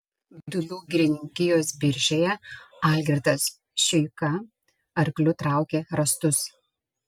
kidulių girininkijos biržėje algirdas šiuika arkliu traukė rąstus